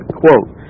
quote